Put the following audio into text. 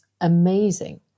amazing